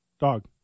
Dog